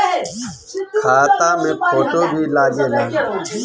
खाता मे फोटो भी लागे ला?